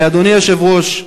אדוני היושב-ראש,